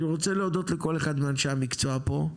אני רוצה להודות לכל אחד מאנשי המקצוע פה,